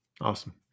Awesome